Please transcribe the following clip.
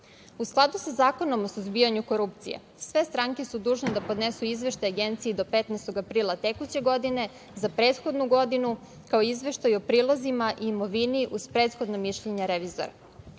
skladu sa Zakonom o suzbijanju korupcije sve stranke su dužne da podnesu izveštaj Agenciji do 15. aprila tekuće godine za prethodnu godinu, kao i izveštaj o prilozima i imovini uz prethodno mišljenje revizora.